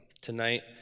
tonight